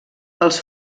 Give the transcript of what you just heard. els